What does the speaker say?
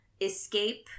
escape